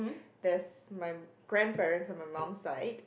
there's my grandparents on my mum's side